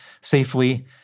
safely